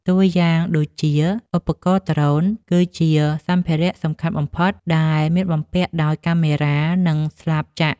តួយ៉ាងដូចជា ឧបករណ៍ដ្រូន គឺជាសម្ភារៈសំខាន់បំផុតដែលមានបំពាក់ដោយកាមេរ៉ា និងស្លាបចក្រ។